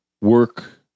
work